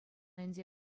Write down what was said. ӗнтӗ